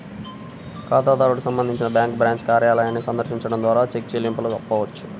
ఖాతాదారుడు సంబంధించి bank branch కార్యాలయాన్ని సందర్శించడం ద్వారా చెక్ చెల్లింపును ఆపవచ్చు